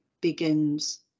begins